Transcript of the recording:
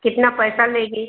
कितना पैसा लेगी